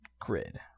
grid